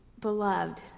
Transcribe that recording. beloved